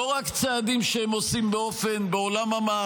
לא רק צעדים שהם עושים בעולם המעשה,